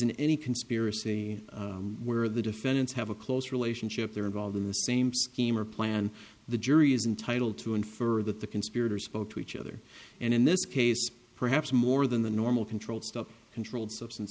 in any conspiracy where the defendants have a close relationship they're involved in the same scheme or plan the jury is entitle to infer that the conspirators spoke to each other and in this case perhaps more than the normal controlled stop controlled substance